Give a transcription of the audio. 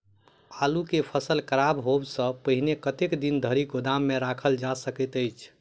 आलु केँ फसल खराब होब सऽ पहिने कतेक दिन धरि गोदाम मे राखल जा सकैत अछि?